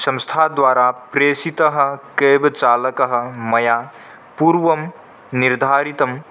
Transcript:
संस्थाद्वारा प्रेषितः केब्चालकः मया पूर्वं निर्धारितम्